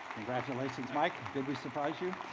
congratulations mike, did we surprise you?